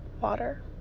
water